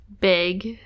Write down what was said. big